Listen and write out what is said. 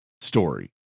story